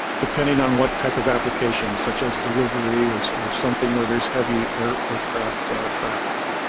depending on what type of applications such as delivery or or something where there's heavy aircraft traffic.